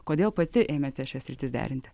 kodėl pati ėmėte šias sritis derinti